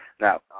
Now